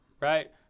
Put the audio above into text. Right